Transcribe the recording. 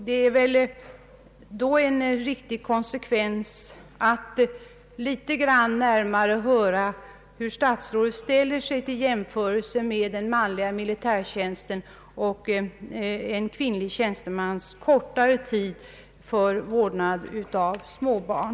Det är väl då en riktig konsekvens att vilja litet grand närmare höra hur statsrådet ställer sig till jämförelsen mellan en manlig tjänstemans militärtjänstgöring och en kvinnlig tjänstemans kortare tids tjänstledighet för vården av småbarn.